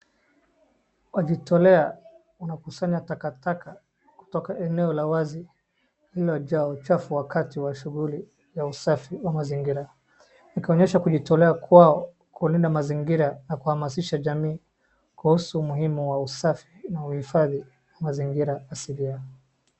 Wajitolea wanakusanya taka taka kutoka eneo la wazi lililojaa uchafu wakati wa shughuli ya usafi wa mazingira wakionyesha kujitolea kwao kuulinda mazingira na kuhamasisha jamii kuhusu umuhimu wa usafi na uuhifadhi mazingira asilia.